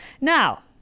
Now